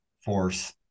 force